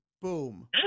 boom